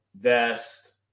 vest